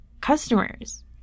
customers